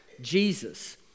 Jesus